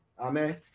Amen